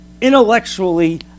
intellectually